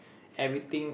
everything